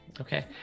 okay